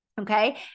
okay